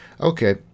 Okay